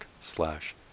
slash